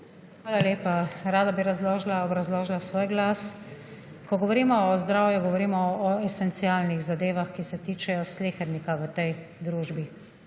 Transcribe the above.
Hvala lepa. Rada bi razložila, obrazložila svoj glas. Ko govorimo o zdravju, govorimo o esencialnih zadevah, ki se tičejo slehernika v tej družbi.